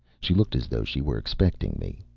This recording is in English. she looked as though she were expecting me.